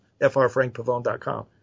frfrankpavone.com